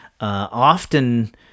often